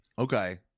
Okay